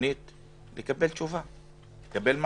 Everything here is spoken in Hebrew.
שלטונית לקבל תשובה, לקבל מענה.